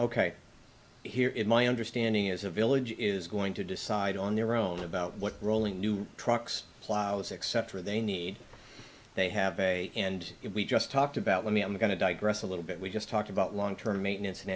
ok here in my understanding is a village is going to decide on their own about what rolling new trucks plows etc they need they have a and if we just talked about let me i'm going to digress a little bit we just talked about long term maintenance in